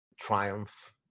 triumph